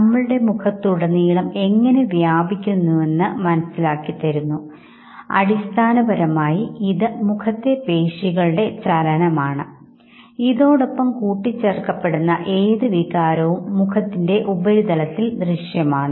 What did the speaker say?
നമ്മുടെ ദുഃഖം ഒന്നുകിൽ മറച്ചുവയ്ക്കുകയും അല്ലെങ്കിൽ സന്തോഷപ്രകടനത്താൽ മൂടി വയ്ക്കുകയോ ചെയ്യാൻ നിർബന്ധിതരാകുന്നു